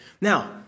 Now